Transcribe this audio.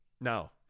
No